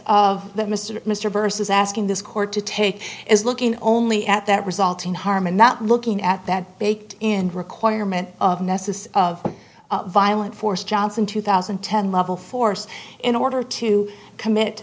of that mr mr versus asking this court to take is looking only at that resulting harm and not looking at that baked in requirement of nessus of violent force johnson two thousand and ten level force in order to commit